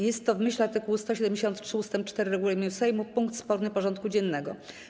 Jest to, w myśl art. 173 ust. 4 regulaminu Sejmu, punkt sporny porządku dziennego.